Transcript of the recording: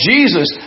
Jesus